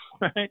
right